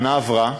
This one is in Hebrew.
שנה עברה,